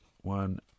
one